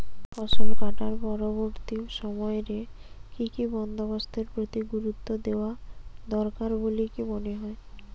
ফসলকাটার পরবর্তী সময় রে কি কি বন্দোবস্তের প্রতি গুরুত্ব দেওয়া দরকার বলিকি মনে হয়?